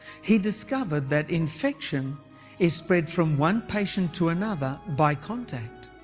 he discovered that infection is spread from one patient to another by contact.